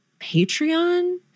Patreon